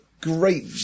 great